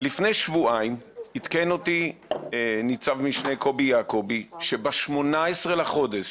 לפני שבועיים עדכן אותי ניצב משנה קובי יעקובי שב-18 בחודש,